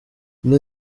muri